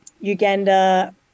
Uganda